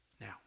Now